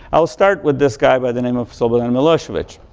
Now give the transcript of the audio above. i'll start with this guy by the name of slobodan milosevic.